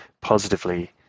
positively